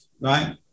right